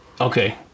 Okay